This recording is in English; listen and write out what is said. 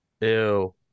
Ew